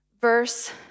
verse